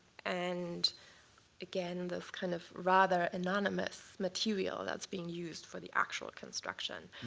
and again, this kind of rather anonymous material that's being used for the actual construction.